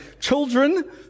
children